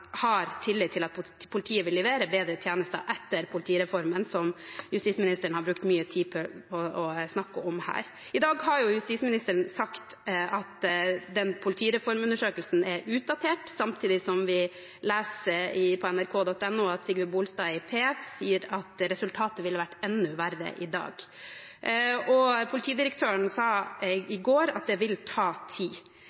har tillit til at politiet vil levere bedre tjenester etter politireformen, som justisministeren har brukt mye tid på å snakke om her. I dag har justisministeren sagt at den politireformundersøkelsen er utdatert, samtidig som vi leser på nrk.no at Sigve Bolstad i Politiets Fellesforbund sier at resultatet ville vært enda verre i dag. Politidirektøren sa